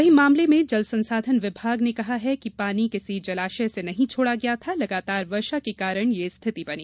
वहीं मामले में जलसंसाधन विभाग ने कहा है कि पानी किसी जलाशय से नहीं छोड़ा गया था लगातार वर्षा के कारण यह स्थिति बनी